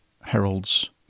heralds